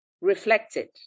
reflected